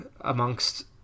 amongst